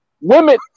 women